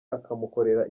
akamukorera